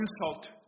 insult